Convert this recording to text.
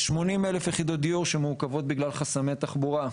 יש 80,000 יחידות דיור שמעוכבות בגלל חסמי תחבורה.